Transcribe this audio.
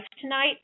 tonight